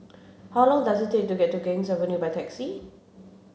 how long does it take to get to Ganges Avenue by taxi